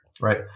right